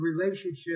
relationship